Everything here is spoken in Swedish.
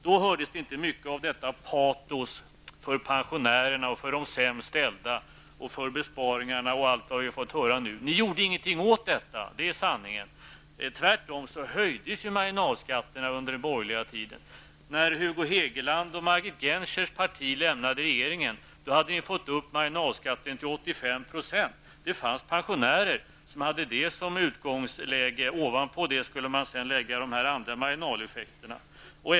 Då hörde man inte mycket av detta patos för pensionärerna, för de sämst ställda och för besparingarna. Ni gjorde ingenting åt detta. Tvärtom höjdes marginalskatterna under den borgerliga tiden. När Hugo Hegeland och Margit Gennsers parti lämnade regeringen hade marginalskatten gått upp till 85 %. Det fanns pensionärer som hade det som utgångsläge. Ovanpå det skulle sedan de andra marginaleffekterna läggas.